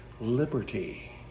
liberty